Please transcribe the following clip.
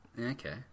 okay